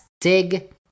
dig